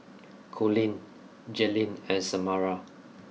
Coleen Jailene and Samara